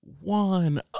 one